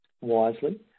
wisely